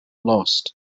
lost